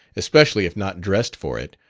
especially if not dressed for it,